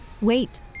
Wait